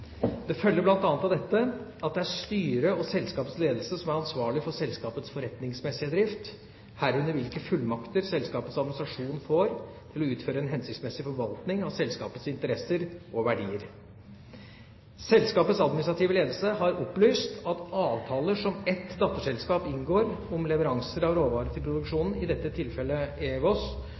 Det følger bl.a. av dette at det er styret og selskapets ledelse som er ansvarlig for selskapets forretningsmessige drift, herunder hvilke fullmakter selskapets administrasjon får til å utføre en hensiktsmessig forvaltning av selskapets interesser og verdier. Selskapets administrative ledelse har opplyst at avtaler som et datterselskap inngår om leveranser av råvarer til produksjonen, i dette tilfellet